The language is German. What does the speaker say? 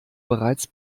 bereits